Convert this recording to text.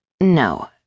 No